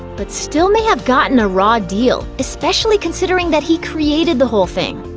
but still may have gotten a raw deal, especially considering that he created the whole thing.